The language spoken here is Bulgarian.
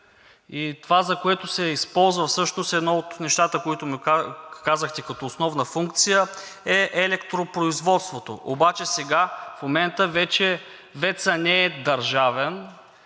и това, за което се използва всъщност, едно от неща, които ми казахте, като основна функция, е електропроизводството. Обаче сега в момента вече ВЕЦ-ът не е държавен,